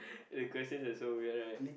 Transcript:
the questions are so weird right